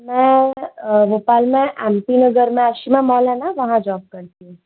मैं भोपाल में M P Nagar में आशिमा माल है ना वहाँ जॉब करती हूँ